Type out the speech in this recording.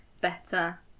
better